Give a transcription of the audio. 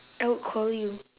I would call you